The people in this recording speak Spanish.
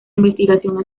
investigación